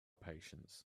patience